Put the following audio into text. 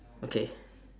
okay